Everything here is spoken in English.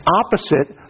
opposite